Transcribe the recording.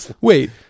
Wait